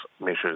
measures